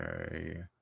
Okay